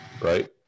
right